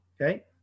Okay